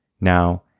Now